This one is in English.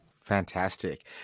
Fantastic